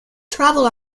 travel